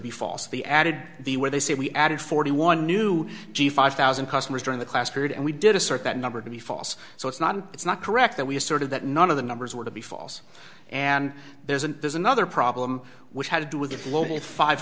be false the added the where they say we added forty one new g five thousand customers during the class period and we did assert that number to be false so it's not it's not correct that we asserted that none of the numbers were to be false and there isn't there's another problem which had to do with